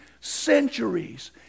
centuries